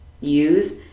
use